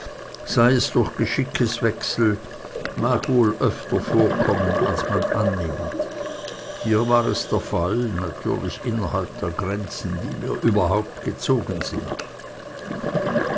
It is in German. sei es durch geschickeswechsel mag wohl öfter vorkommen als man annimmt hier war es der fall natürlich innerhalb der grenzen die mir überhaupt gezogen sind